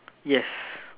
yes